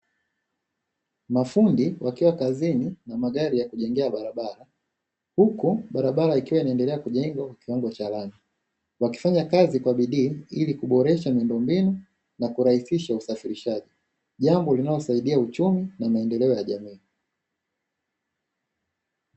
Mafundi wakiwa kazini na magari ya kujengea barabara, huku barabara ikiwa inaendelea kujengwa kwa kiwango cha rami, wakifanya kazi kwa bidii ili kuboresha miundombinu na kurahisisha usafirishaji, jambo linalosaidia uchumi na maendeleo ya jamii.